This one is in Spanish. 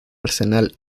arsenal